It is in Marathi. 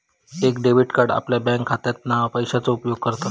एक डेबिट कार्ड आपल्या बँकखात्यातना पैशाचो उपयोग करता